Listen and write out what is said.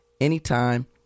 anytime